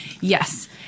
Yes